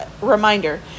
reminder